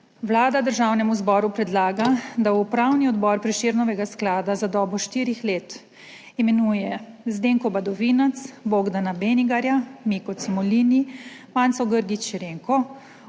Vlada Državnemu zboru predlaga, da v Upravni odbor Prešernovega sklada za dobo štirih let imenuje Zdenko Badovinac, Bogdana Benigarja, Miko Cimolini, Manco Grgić Renko,